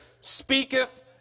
speaketh